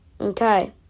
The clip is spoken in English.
Okay